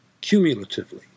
cumulatively